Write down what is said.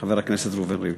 חבר הכנסת ראובן ריבלין,